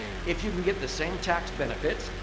if you can get the same tax benefits,